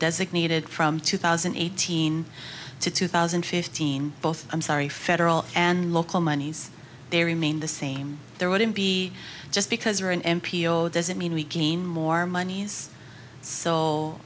designated from two thousand and eighteen to two thousand and fifteen both i'm sorry federal and local monies they remain the same there wouldn't be just because you're an m p o doesn't mean we gain more monies so